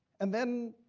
and then,